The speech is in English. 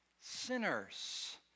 Sinners